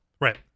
Right